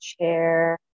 chair